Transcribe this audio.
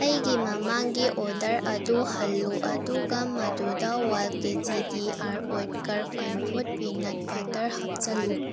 ꯑꯩꯒꯤ ꯃꯃꯥꯡꯒꯤ ꯑꯣꯗꯔ ꯑꯗꯨ ꯍꯜꯂꯨ ꯑꯗꯨꯒ ꯃꯗꯨꯗ ꯋꯥꯜ ꯀꯦ ꯖꯤ ꯗꯤ ꯑꯥꯔ ꯑꯣꯏꯠꯀꯔ ꯐꯟ ꯐꯨꯗ ꯄꯤꯅꯠ ꯕꯇꯔ ꯍꯥꯞꯆꯤꯜꯂꯨ